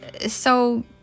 So